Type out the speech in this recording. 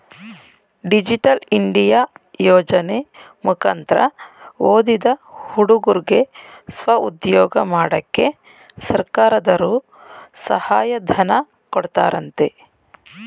digital India ಯೋಜನೆ ಮುಕಂತ್ರ ಓದಿದ ಹುಡುಗುರ್ಗೆ ಸ್ವಉದ್ಯೋಗ ಮಾಡಕ್ಕೆ ಸರ್ಕಾರದರ್ರು ಸಹಾಯ ಧನ ಕೊಡ್ತಾರಂತೆ